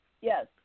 Yes